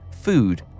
food